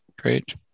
Great